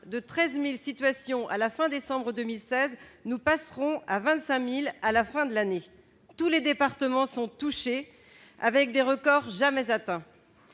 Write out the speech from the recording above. de 13000 situations à la fin décembre 2016, nous passerons à 25000 à la fin de l'année, tous les départements sont touchés, avec des records jamais atteints,